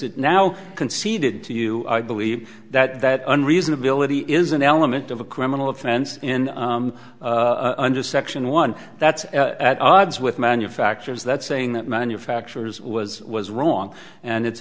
it now conceded to you i believe that that an reasonability is an element of a criminal offense in under section one that's at odds with manufacturers that's saying that manufacturers was was wrong and